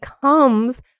comes